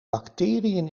bacteriën